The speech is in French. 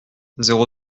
zéro